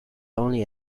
only